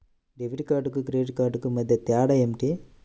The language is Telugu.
డెబిట్ కార్డుకు క్రెడిట్ కార్డుకు మధ్య తేడా ఏమిటీ?